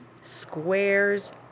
squares